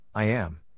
IAM